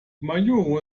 majuro